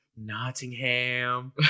Nottingham